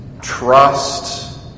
trust